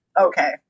okay